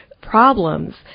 problems